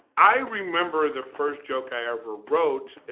i remember the first joke i ever wrote,